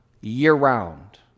year-round